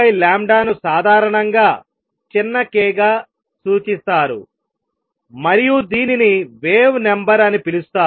2πλ ను సాధారణంగా చిన్న k గా సూచిస్తారు మరియు దీనిని వేవ్ నంబర్ అని పిలుస్తారు